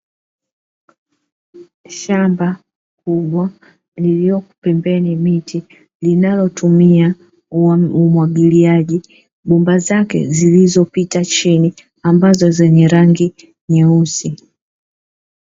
Shamba kubwa lililopo pembeni ya miti linalotumia umwagiliaji, bomba zake zilizopita chini ambazo zenye rangi nyeusi.